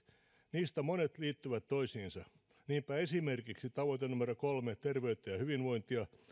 niistä monet liittyvät toisiinsa niinpä esimerkiksi tavoite numero kolme terveyttä ja hyvinvointia